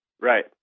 Right